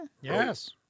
Yes